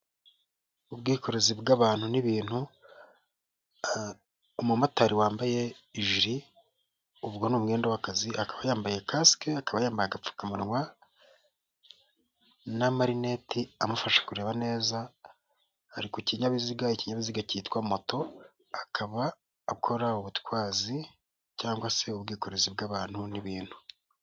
Ubwikorezi bw'abantu n'ibintu. Umumotari wambaye ijiri. Ubwo ni umwenda w'akazi akaba yambaye kask, akaba yambaye agapfukamuwa, n' marineti amufasha kureba neza; ari kukinyabiziga ikinyabiziga cyitwa moto akaba akora ubutwazi cg se ubwikorezi bw'abantu n'ibintu.